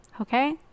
okay